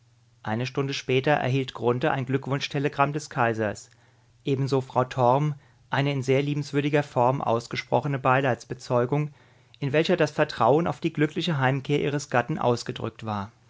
eine stunde später erhielt grunthe ein glückwunsch telegramm des kaisers ebenso frau torm eine in sehr liebenswürdiger form ausgesprochene beileidsbezeugung in welcher das vertrauen auf die glückliche heimkehr ihres gatten ausgedrückt war